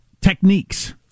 techniques